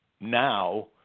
now